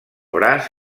braç